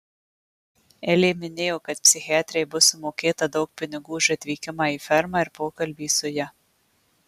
elė minėjo kad psichiatrei bus sumokėta daug pinigų už atvykimą į fermą ir pokalbį su ja